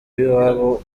b’iwabo